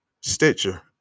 Stitcher